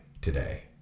today